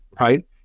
right